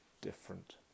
different